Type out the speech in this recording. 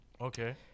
Okay